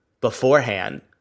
beforehand